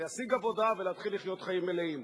להשיג עבודה ולהתחיל לחיות חיים מלאים.